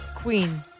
Queen